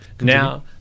Now